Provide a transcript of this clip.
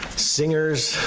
singers,